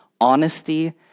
honesty